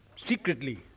secretly